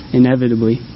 inevitably